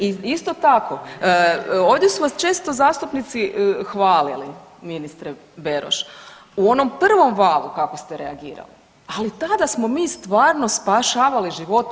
I isto tako ovdje su vas često zastupnici hvalili ministre Beroš u onom provom valu kako ste reagirali, ali tada smo mi stvarno spašavali živote.